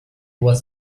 was